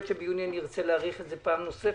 שביוני אני ארצה להאריך את זה פעם נוספת.